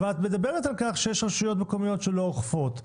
אבל את מדברת על כך שיש רשויות מקומיות שלא אוכפות.